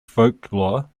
folklore